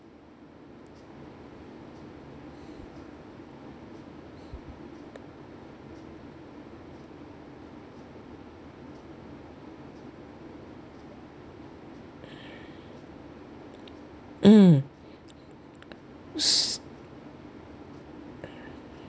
mm